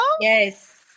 Yes